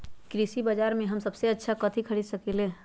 कृषि बाजर में हम सबसे अच्छा कथि खरीद सकींले?